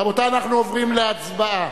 רבותי, אנחנו עוברים להצבעה.